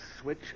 switch